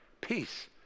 peace